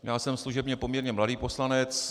Já jsem služebně poměrně mladý poslanec.